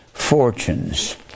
fortunes